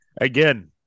Again